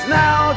now